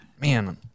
man